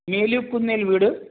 മേലിൽകുന്നേൽ വീട്